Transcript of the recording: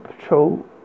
patrol